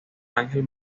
ángel